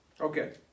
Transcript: Okay